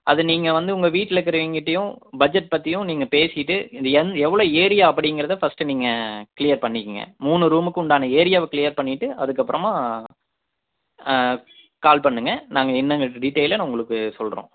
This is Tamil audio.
அது நீங்கள் வந்து உங்கள் வீட்டில் இருக்கிறவங்கிட்டையும் பட்ஜெட் பற்றியும் நீங்கள் பேசிவிட்டு என் எவ்வளோ ஏரியா அப்படிங்கிறத ஃபர்ஸ்ட் நீங்கள் கிளியர் பண்ணிக்குங்க மூணு ரூமுக்கு உண்டான ஏரியாவை கிளியர் பண்ணிவிட்டு அதுக்கப்புறமா கால் பண்ணுங்க நாங்கள் என்னங்கிற டீட்டையிலை உங்களுக்கு சொல்கிறோம்